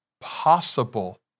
possible